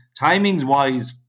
timings-wise